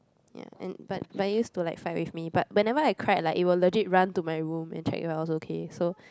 ya and but but it used to like fight with me but whenever I cried like it will legit run to my room and check if I was okay so